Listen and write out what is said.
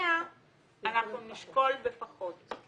שנשתכנע אנחנו נשקול בפחות.